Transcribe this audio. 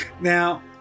Now